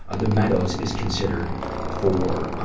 ah the meadows is considered for, ah